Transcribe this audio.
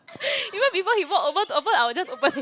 even before he walk over to open I will just open